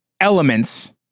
elements